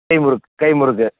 கை முறுக்கு கை முறுக்கு